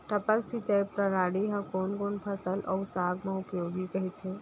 टपक सिंचाई प्रणाली ह कोन कोन फसल अऊ साग म उपयोगी कहिथे?